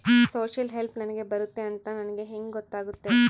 Social help ನನಗೆ ಬರುತ್ತೆ ಅಂತ ನನಗೆ ಹೆಂಗ ಗೊತ್ತಾಗುತ್ತೆ?